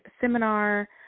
seminar